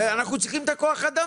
אנחנו צריכים את כוח האדם.